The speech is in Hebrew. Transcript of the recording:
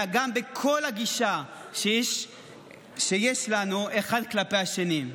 אלא גם בכל הגישה שיש לנו אחד כלפי השני.